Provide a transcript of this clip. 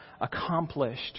accomplished